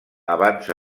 avança